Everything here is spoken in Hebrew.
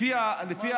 לפי